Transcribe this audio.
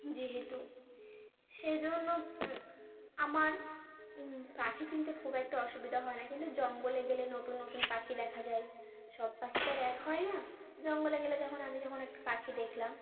যেহেতু সে জন্য আমার পাখি চিনতে খুব একটা অসুবিধা হয় না কিন্তু জঙ্গলে গেলে নতুন নতুন পাখি দেখা যায় সব পাখি তো আর এক হয় না জঙ্গলে গেলে যখন আমি যখন একটু পাখি দেখলাম